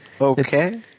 Okay